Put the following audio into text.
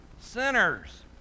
sinners